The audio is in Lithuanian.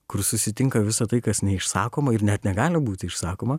kur susitinka visa tai kas neišsakoma ir net negali būti išsakoma